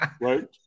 Right